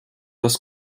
das